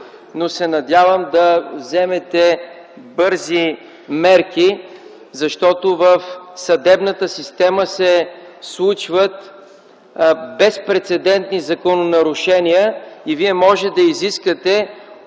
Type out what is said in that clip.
но се надявам да вземете бързи мерки, защото в съдебната система се случват безпрецедентни закононарушения и Вие може да изискате